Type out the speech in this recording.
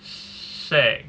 say